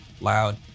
loud